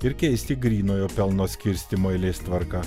ir keisti grynojo pelno skirstymo eilės tvarką